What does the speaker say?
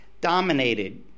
dominated